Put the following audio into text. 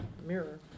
mirror